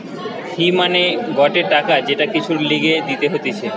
ফি মানে গটে টাকা যেটা কিছুর লিগে দিতে হতিছে